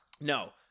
No